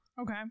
Okay